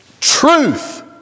truth